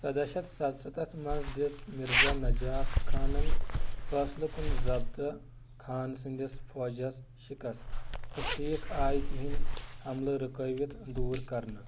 سدہ شیٚتھ ستستھس منٛز دِژ مرزا نجاف خانَن فٲصلہٕ کُن ضبدٕ خان سٕنٛدِس فوجَس شکست تہٕ سیٖکھ آیہ تہندۍ ہملہٕ رُكٲوِتھ دوٗر كرنہٕ